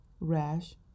rash